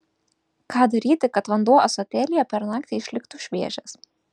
ką daryti kad vanduo ąsotėlyje per naktį išliktų šviežias